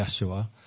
Yeshua